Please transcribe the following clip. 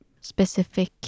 specific